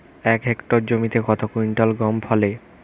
এক হেক্টর জমিতে কত কুইন্টাল গম ফলে?